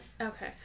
okay